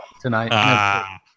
tonight